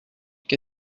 qu’a